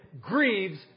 grieves